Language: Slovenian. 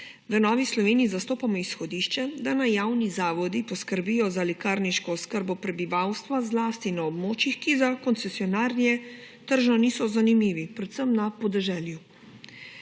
v Novi Sloveniji zastopamo izhodišče, da naj javni zavodi poskrbijo za lekarniško oskrbo prebivalstva, zlasti na območjih, ki za koncesionarje tržno niso zanimivi, tudi na podeželju.